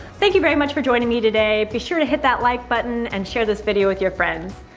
thank you very much for joining me today. be sure to hit that like button and share this video with your friends.